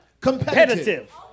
competitive